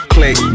Click